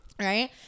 right